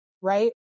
right